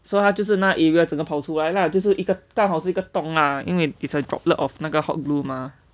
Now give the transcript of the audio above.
so 他就是那 area 整个跑出来了 lah 就是一个刚好是一个洞啦因为 it's a droplet of 那个 hot glue mah